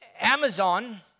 Amazon